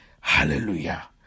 Hallelujah